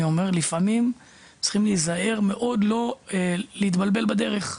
לפעמים צריכים להיזהר מאוד לא להתבלבל בדרך,